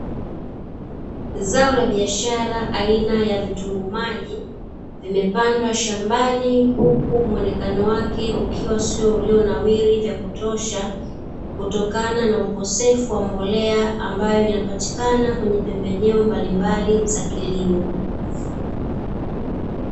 Zao la biashara aina ya vitunguu maji vimepandwa shambani huku muonekano wake ukiwa sio ulionawili vya kutosha, kutokana na ukosefu wa mbolea ambayo inapatikana kwenye pembejeo mbalimbali za kilimo.